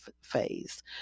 phase